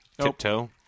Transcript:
tiptoe